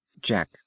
Jack